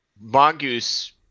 mongoose